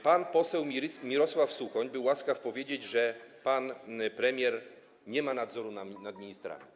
Pan poseł Mirosław Suchoń był łaskaw powiedzieć, że pan premier nie ma nadzoru nad ministrami.